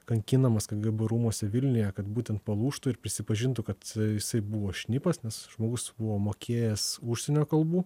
kankinamas kgb rūmuose vilniuje kad būtent palūžtų ir prisipažintų kad jisai buvo šnipas nes žmogus buvo mokėjęs užsienio kalbų